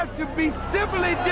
to be civilly